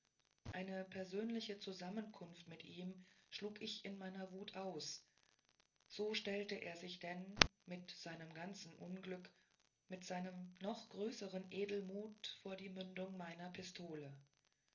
eine persönliche zusammenkunft mit ihm schlug ich in meiner wut aus so stellte er sich denn mit seinem ganzen unglück mit seinem noch größeren edelmut vor die mündung meiner pistole